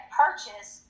purchase